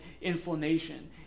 inflammation